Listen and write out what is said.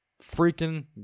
Freaking